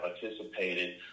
participated